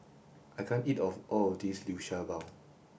I can't eat all of this Liu Sha Bao